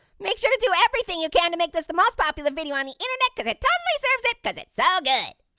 make sure to do everything you can to make this the most popular video on the internet cause it totally deserves it, cause it's so good.